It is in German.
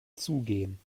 zugehen